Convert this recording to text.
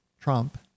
Trump